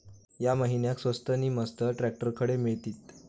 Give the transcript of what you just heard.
या महिन्याक स्वस्त नी मस्त ट्रॅक्टर खडे मिळतीत?